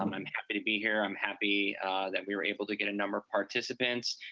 um i'm happy to be here. i'm happy that we were able to get a number of participants,